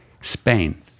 Spain